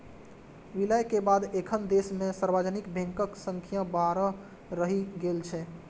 विलय के बाद एखन देश मे सार्वजनिक बैंकक संख्या बारह रहि गेल छै